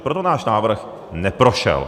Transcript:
Proto náš návrh neprošel.